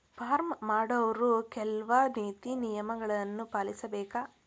farm ಮಾಡೊವ್ರು ಕೆಲ್ವ ನೇತಿ ನಿಯಮಗಳನ್ನು ಪಾಲಿಸಬೇಕ